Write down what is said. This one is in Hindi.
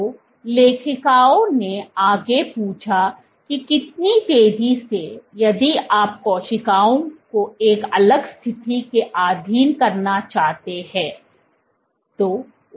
तो लेखकों ने आगे पूछा कि कितनी तेजी से यदि आप कोशिकाओं को एक अलग स्थिति के अधीन करना चाहते हैं